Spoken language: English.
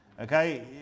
okay